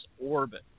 orbit